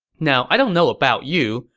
now, i don't know about you,